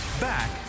back